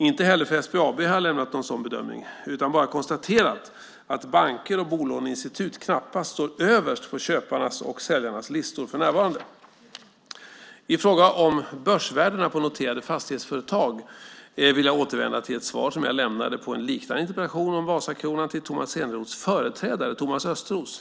Inte heller för SBAB har jag lämnat någon sådan bedömning utan bara konstaterat att banker och bolåneinstitut knappast står överst på köparnas och säljarnas listor för närvarande. I fråga om börsvärdena på noterade fastighetsföretag vill jag återvända till ett svar jag lämnade på en liknade interpellation om Vasakronan till Tomas Eneroths företrädare Thomas Östros.